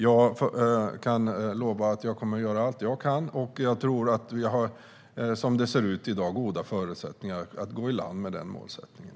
Jag kan lova att jag kommer att göra allt jag kan, och jag tror att vi - som det ser ut i dag - har goda förutsättningar att gå i land med den målsättningen.